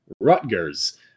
Rutgers